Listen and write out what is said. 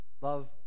Love